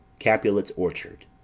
capulet's orchard.